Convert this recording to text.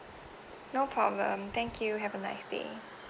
no problem thank you have a nice day